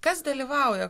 kas dalyvauja